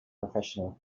professional